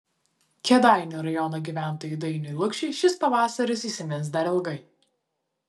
kėdainių rajono gyventojui dainiui lukšiui šis pavasaris įsimins dar ilgai